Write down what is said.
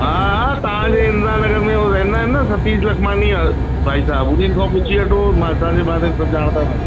हा हा तव्हां जे इंदिरा नगर में उहे रहंदा आहिनि न सतीश लखमानी भाई साहिबु उन्हनि खां पुछी वठो न असांजे बारे में सभु ॼाणंदा अथव